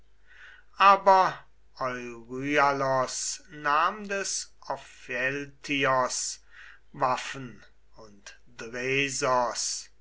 aber euryalos nahm des opheltios waffen und